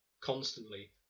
constantly